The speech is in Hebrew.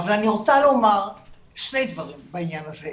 אבל אני רוצה לומר שני דברים בעניין הזה.